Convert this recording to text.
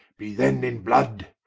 be then in blood,